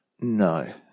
No